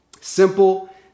simple